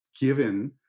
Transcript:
given